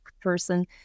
person